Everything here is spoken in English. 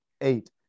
eight